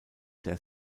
der